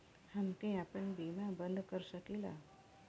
हमके आपन बीमा बन्द कर सकीला?